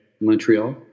Montreal